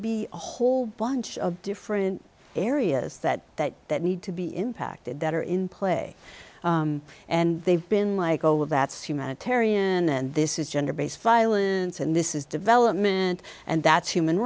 be a whole bunch of different areas that that that need to be impacted that are in play and they've been like oh well that's humanitarian and this is gender based violence and this is development and that's human